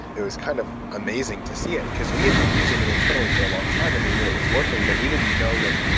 it was kind of amazing to see it, because we had been using it internally for a long time and we knew it was working, but we didn't know that,